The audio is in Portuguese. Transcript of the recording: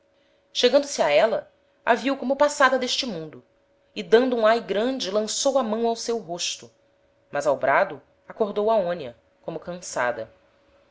chegando-se a éla a viu como passada d'este mundo e dando um ai grande lançou a mão ao seu rosto mas ao brado acordou aonia como cansada